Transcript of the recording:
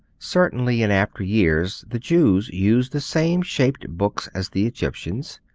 certainly in after years the jews used the same shaped books as the egyptians.